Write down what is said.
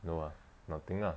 no ah nothing ah